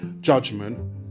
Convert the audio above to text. judgment